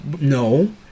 No